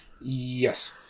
Yes